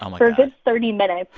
um for a good thirty minutes.